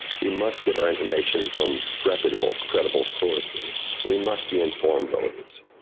we must get our information from reputable, credible sources, we must be informed voters.